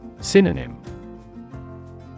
Synonym